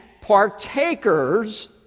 partakers